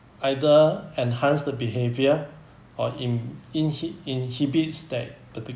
either enhance the behaviour or im~ inhi~ inhibits that parti~